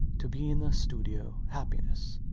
to be in a studio! happiness!